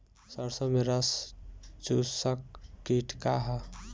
सरसो में रस चुसक किट का ह?